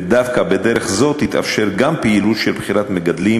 ודווקא בדרך זו תתאפשר גם פעילות של בחירת מגדלים